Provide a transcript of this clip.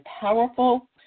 powerful